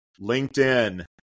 LinkedIn